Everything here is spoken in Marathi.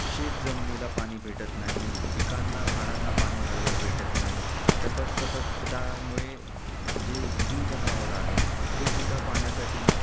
शेतजमिनीला पाणी भेटत नाही पिकांना झाडांना पाणी घालायला भेटत नाही त्याच्यात तसंच त्यामुळे जे जीव जनावरं आहेत ते सुद्धा पाण्यासाठी